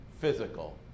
physical